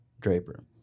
Draper